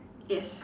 yes